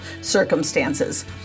circumstances